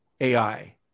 AI